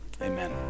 Amen